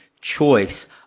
choice